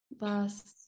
last